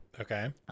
Okay